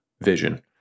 vision